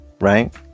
right